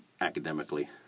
academically